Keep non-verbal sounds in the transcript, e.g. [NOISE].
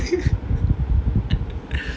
[LAUGHS]